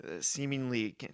seemingly